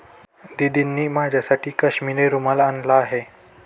दीदींनी माझ्यासाठी काश्मिरी रुमाल आणला आहे